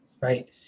right